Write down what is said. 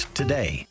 today